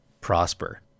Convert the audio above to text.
prosper